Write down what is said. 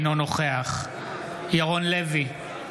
אינו נוכח ירון לוי,